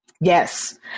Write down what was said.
Yes